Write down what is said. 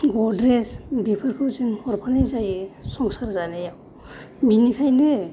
गद्रेज बेफोरखौ जों हरफानाय जायो संसार जानायाव बेनिखायनो